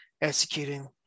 executing